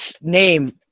name